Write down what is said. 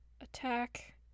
attack